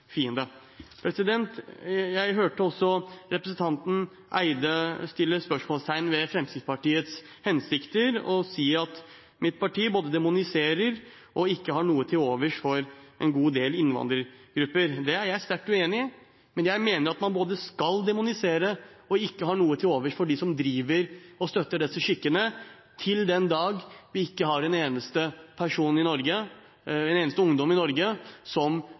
fiende. Jeg hørte representanten Eide sette spørsmålstegn ved Fremskrittspartiets hensikter ved å si at mitt parti både demoniserer og ikke har noe til overs for en god del innvandrergrupper. Det er jeg sterkt uenig i, men jeg mener at man både skal demonisere og ikke ha noe til overs for dem som støtter disse skikkene, til den dag vi ikke har en eneste person i Norge, en eneste ungdom i Norge, som